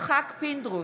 יצחק פינדרוס,